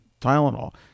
Tylenol